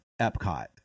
Epcot